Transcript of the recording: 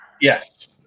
yes